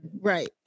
Right